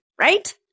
right